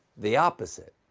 the opposite.